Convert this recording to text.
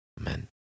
Amen